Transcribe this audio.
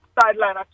sideline